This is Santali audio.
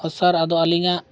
ᱦᱮᱸ ᱟᱫᱚ ᱟᱹᱞᱤᱧᱟᱜ